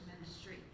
ministry